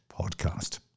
podcast